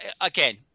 again